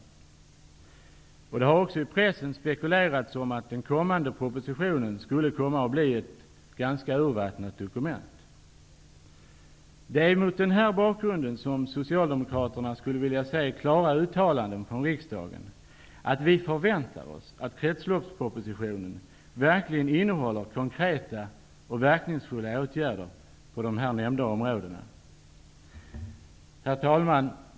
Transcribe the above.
I pressen har det spekulerats i att den kommande propositionen kommer att bli ett ganska urvattnat dokument. Det är mot den här bakgrunden som Socialdemokraterna skulle vilja se klara uttalanden från riksdagen om att man förväntar sig att kretsloppspropositionen verkligen kommer att innehålla konkreta och verkningsfulla åtgärder på de här nämnda områdena. Herr talman!